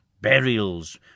burials